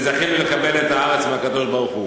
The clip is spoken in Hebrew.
וזכינו לקבל את הארץ מהקדוש-ברוך-הוא.